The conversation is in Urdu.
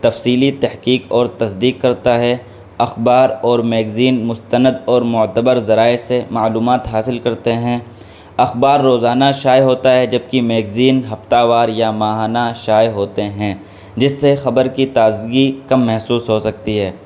تفصیلی تحقیق اور تصدیق کرتا ہے اخبار اور میگزین مستند اور معتبر ذرائع سے معلومات حاصل کرتے ہیں اخبار روزانہ شائع ہوتا ہے جب کہ میگزین ہفتہ وار یا ماہانہ شائع ہوتے ہیں جس سے خبر کی تازگی کم محسوس ہو سکتی ہے